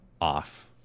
off